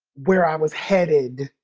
where i was headed